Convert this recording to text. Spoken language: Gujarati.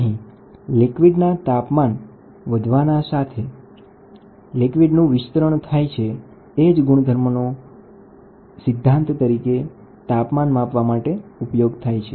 અહીં લિક્વિડના તાપમાન વધવાના સાથે વિસ્તરણનો ગુણધર્મ અને એ જ સિદ્ધાંતનો તાપમાન માપવા માટે ઉપયોગ થાય છે